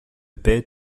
paix